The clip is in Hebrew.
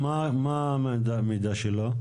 מה המידות שלו?